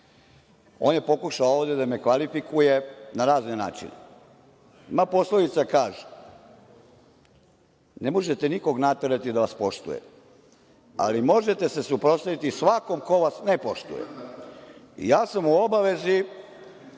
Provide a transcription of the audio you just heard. On je pokušao ovde da me kvalifikuje na razne načine. Poslovica kaže – ne možete nikog naterati da vas poštuje, ali možete se suprotstaviti svakom ko vas ne poštuje. Ja sam u obavezi